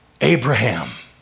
Abraham